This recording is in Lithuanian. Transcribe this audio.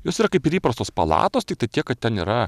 jos yra kaip ir įprastos palatos tiktai tiek kad ten yra